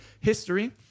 history